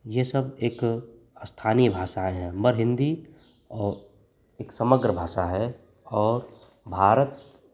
यह सब एक अस्थानीय भाषा है मगर हिन्दी एक समग्र भाषा है और भारत